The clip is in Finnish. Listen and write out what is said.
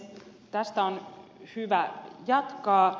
tästä on hyvä jatkaa